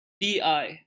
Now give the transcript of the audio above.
DI